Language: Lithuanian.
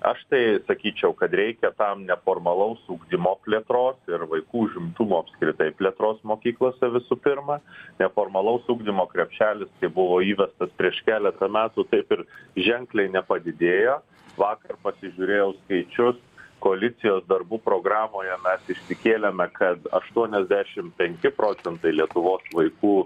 aš tai sakyčiau kad reikia tam neformalaus ugdymo plėtros ir vaikų užimtumo apskritai plėtros mokyklose visų pirma neformalaus ugdymo krepšelis kaip buvo įvestas prieš keletą metų taip ir ženkliai nepadidėjo vakar pasižiūrėjau skaičius koalicijos darbų programoje mes išsikėlėme kad aštuoniasdešim penki procentai lietuvos vaikų